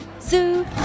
Zoo